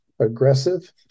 aggressive